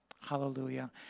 hallelujah